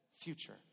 future